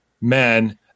men